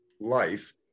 life